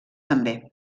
també